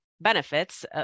benefits